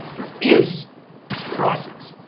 there is a process,